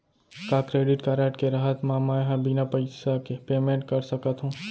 का credit card के रहत म, मैं ह बिना पइसा के पेमेंट कर सकत हो?